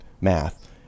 math